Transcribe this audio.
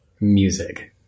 music